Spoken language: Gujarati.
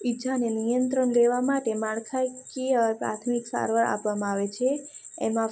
ઇજાને નિયંત્રણ લેવા માટે માળખાકીય પ્રાથમિક સારવાર આપવામાં આવે છે એમાં